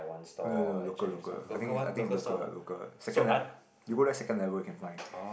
no no no local local I think is I think is local ah local ah second uh you go there second level you can find